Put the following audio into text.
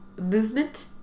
movement